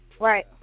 Right